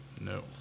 No